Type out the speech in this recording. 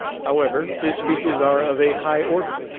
however, his speeches are of a high order,